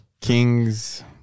King's